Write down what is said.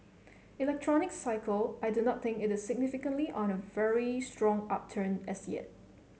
electronics cycle I do not think it is significantly on a very strong upturn as yet